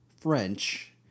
French